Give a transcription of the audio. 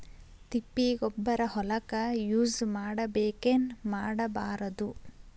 ತಿಪ್ಪಿಗೊಬ್ಬರ ಹೊಲಕ ಯೂಸ್ ಮಾಡಬೇಕೆನ್ ಮಾಡಬಾರದು?